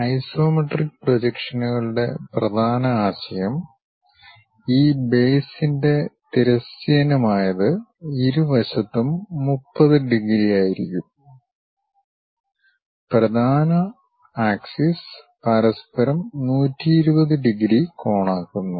isometric പ്രൊജക്ഷനുകളുടെ പ്രധാന ആശയം ഈ ബേസിൻ്റെ തിരശ്ചീനമായത് ഇരുവശത്തും 30 ഡിഗ്രി ആയിരിക്കും പ്രധാന അക്ഷം പരസ്പരം 120 ഡിഗ്രി കോണാക്കുന്നു